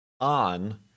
on